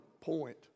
point